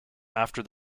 after